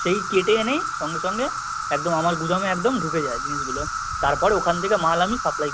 সেই কেটে এনেই সঙ্গে সঙ্গে একদম আমার গুদামে একদম ঢুকে যায় জিনিসগুলো তারপরে ওখান থেকে মাল আমি সাপ্লাই করি